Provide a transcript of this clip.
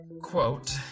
quote